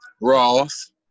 Ross